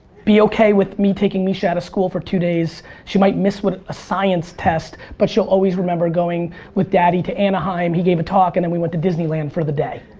be okay with me taking misha out of school for two days. she might miss a science test, but she'll always remember going with daddy to anaheim, he gave a talk and then we went to disneyland for the day.